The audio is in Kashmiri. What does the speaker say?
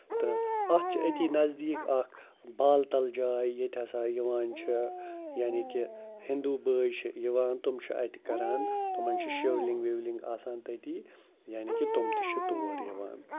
تہٕ اَتھ چھِ أتی نزدیٖک اَکھ بال تَل جاے ییٚتہِ ہَسا یِوان چھِ یعنی کہِ ہِندوٗ بٲے چھِ یِوان تِم چھِ اَتہِ کَران تِمَن چھِ شِولِنٛگ وِولِنٛگ آسان تٔتی یعنی کہِ تِم تہِ چھِ تور یِوان